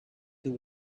till